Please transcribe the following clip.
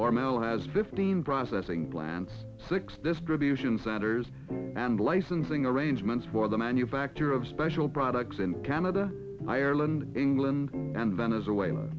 or mel has fifteen processing plants six distribution centers and licensing arrangements for the manufacture of special products in canada ireland england and venezuela